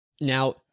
Now